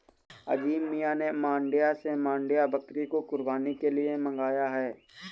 अजीम मियां ने मांड्या से मांड्या बकरी को कुर्बानी के लिए मंगाया है